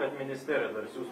kad ministerija dar siųs